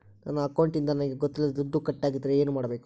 ನನ್ನ ಅಕೌಂಟಿಂದ ನನಗೆ ಗೊತ್ತಿಲ್ಲದೆ ದುಡ್ಡು ಕಟ್ಟಾಗಿದ್ದರೆ ಏನು ಮಾಡಬೇಕು?